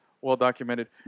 well-documented